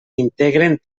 integren